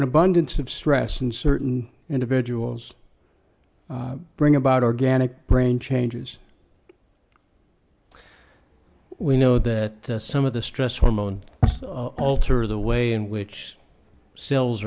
an abundance of stress in certain individuals bring about organic brain changes we know that some of the stress hormone alter the way in which cells